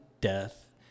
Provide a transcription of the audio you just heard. death